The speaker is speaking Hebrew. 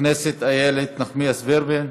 הכנסת איילת נחמיאס ורבין,